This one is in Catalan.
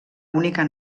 única